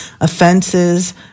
offenses